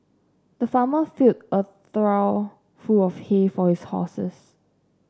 the farmer filled a trough full of hay for his horses